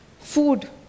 food